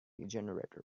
generator